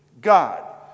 God